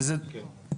כן?